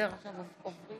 אורי